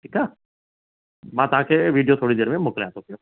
ठीकु आहे मां तव्हांखे वीडियो थोरी देरि में मोकिलिया थो फिर